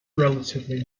relatively